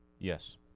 Yes